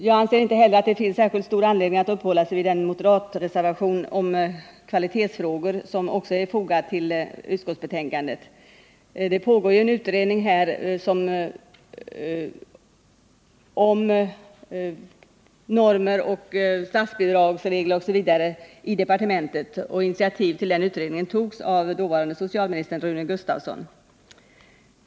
Jag anser att jag inte heller har särskilt stor anledning att uppehålla mig vid den moderata reservation om kvalitetsoch statsbidragsfrågor som också är fogad till utskottsbetänkandet. Det pågår i socialdepartementet en utredning om normer, statsbidragsregler osv. Initiativet till den utredningen togs av dåvarande socialministern Rune Gustavsson.